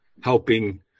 helping